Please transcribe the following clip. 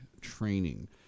training